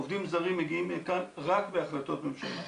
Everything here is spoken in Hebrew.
עובדים זרים מגיעים לכאן רק בהחלטות ממשלה.